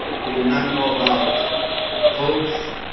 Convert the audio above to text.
we did not know about votes.